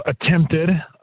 attempted